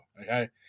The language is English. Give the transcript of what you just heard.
Okay